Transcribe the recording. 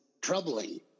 troubling